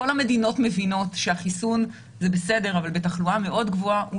כל המדינות מבינות שהחיסון זה בסדר אבל בתחלואה מאוד גבוהה הוא